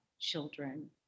children